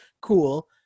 Cool